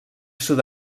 sud